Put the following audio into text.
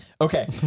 Okay